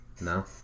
No